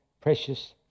precious